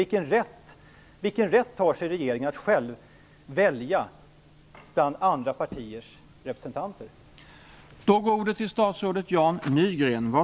Vilken rätt tar sig regeringen att själv välja bland andra partiers representanter?